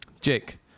jake